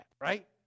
right